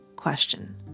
question